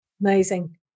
amazing